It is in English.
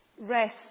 rest